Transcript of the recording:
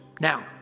Now